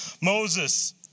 Moses